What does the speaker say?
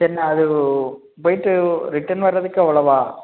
சரிண்ணா போயிட்டு ரிட்டன் வர்றதுக்கு அவ்வளோவா